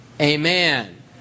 amen